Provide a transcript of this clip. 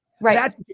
Right